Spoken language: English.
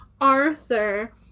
Arthur